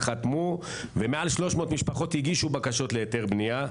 וכל חסם אחר של היתרי בנייה.